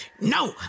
no